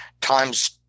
times